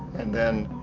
and then,